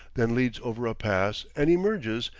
then leads over a pass and emerges,